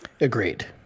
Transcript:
Agreed